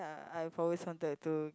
I've always wanted to